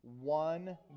one